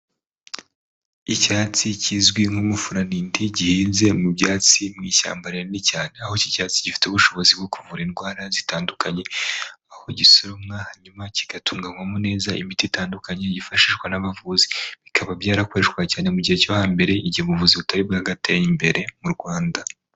Icyatsi kizwi nk'umufuranindi gihinze mu byatsi mu ishyamba rinini cyane, aho iki cyatsi gifite ubushobozi bwo kuvura indwara zitandukanye aho gisoromwa hanyuma kigatunganywamo neza imiti itandukanye, yifashishwa n'abavuzi, bikaba byarakoreshwa cyane mu gihe cyo hambere, igihe ubuvuzi butari bwagateye imbere mu Rwanda.